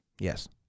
Yes